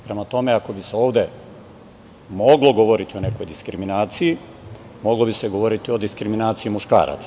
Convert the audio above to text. Prema tome, ako bi se ovde moglo govoriti o nekoj diskriminaciji, moglo bi se govoriti o diskriminacijama muškaraca.